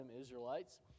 Israelites